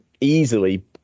easily